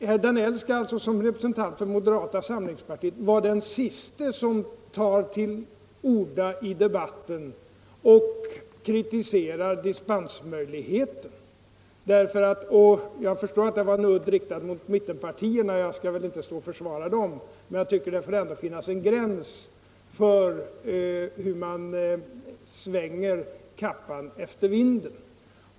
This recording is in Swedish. Herr Danell skall alltså som representant för moderata samlingspartiet vara den siste som tar till orda i debatten och kritiserar dispensmöjligheten. Jag förstår att udden var riktad mot mittenpartierna, och jag skall väl inte stå och försvara dem, men jag tycker att det ändå bör finnas en gräns för hur man vänder kappan efter vinden.